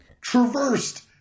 traversed